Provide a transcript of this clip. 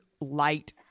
light